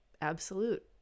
absolute